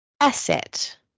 Asset